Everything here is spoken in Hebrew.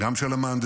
גם של המהנדסים,